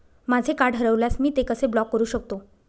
माझे कार्ड हरवल्यास मी ते कसे ब्लॉक करु शकतो?